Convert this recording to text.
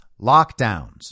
lockdowns